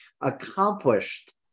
accomplished